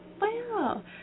Wow